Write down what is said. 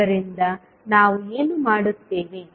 ಆದ್ದರಿಂದ ನಾವು ಏನು ಮಾಡುತ್ತೇವೆ